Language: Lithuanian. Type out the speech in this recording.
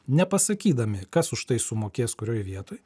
nepasakydami kas už tai sumokės kurioj vietoj